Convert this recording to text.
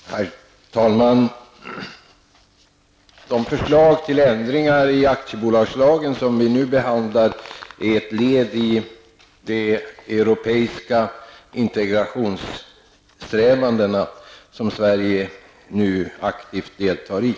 Herr talman! Det förslag till ändringar i aktiebolagslagen som vi nu behandlar är ett led i de europeiska integrationssträvanden som Sverige nu aktivt deltar i.